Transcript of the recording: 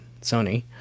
Sony